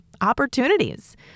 opportunities